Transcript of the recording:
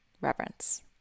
reverence